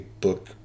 book